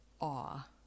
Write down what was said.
awe